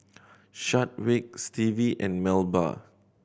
Chadwick Stevie and Melba